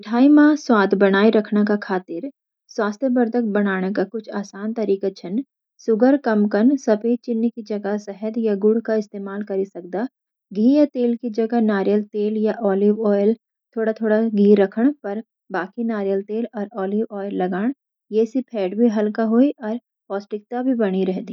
मिठाई म स्वाद बनाए राखन का खातिर, स्वास्थ्यवर्धक बनाणे का कुछ आसान तरीका छन: शुगर कम कन: सफेद चीनी की जगह, शहद, या गुड़ का इस्तेमल करि सकदा. यि मिठाई मीठी भी राखदा अर कैलोरी भी कम होई जान्दी। घी या तेल की जगह नारियल तेल या ओलिव ऑयल: थोड़ा-थोड़ा घी राखण पर, बाकी नारियल तेल अर ओलिव ऑयल लगाण। ये से फैट भी हल्का होई अर पौष्टिकता भी बनी रहदी।